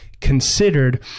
considered